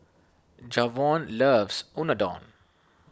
Javon loves Unadon